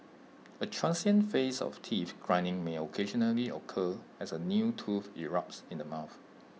A transient phase of teeth grinding may occasionally occur as A new tooth erupts in the mouth